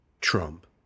Trump